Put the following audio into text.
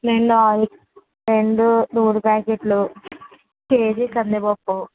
రెండు ఆయిల్ రెండు నూనె ప్యాకెట్లు కేజీ కందిపప్పు